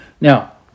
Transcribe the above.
Now